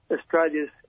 Australia's